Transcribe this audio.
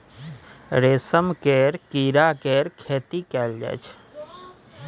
रेशम केर कीड़ा केर खेती कएल जाई छै